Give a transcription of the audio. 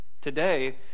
today